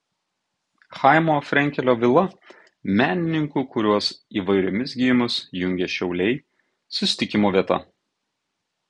chaimo frenkelio vila menininkų kuriuos įvairiomis gijomis jungia šiauliai susitikimo vieta